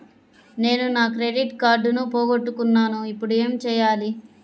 నేను నా క్రెడిట్ కార్డును పోగొట్టుకున్నాను ఇపుడు ఏం చేయాలి?